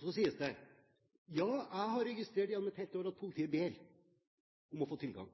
Så sies det: Ja, jeg har registrert gjennom et helt år at politiet ber om å få bedre tilgang.